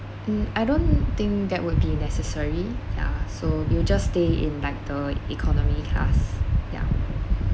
mm I don't think that would be necessary yeah so we'll just stay in like the economy class yeah